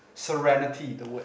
serenity the world